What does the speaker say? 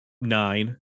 nine